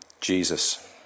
Jesus